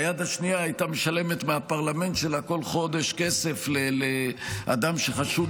ביד השנייה הייתה משלמת מהפרלמנט שלה כל חודש כסף לאדם שחשוד